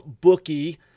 bookie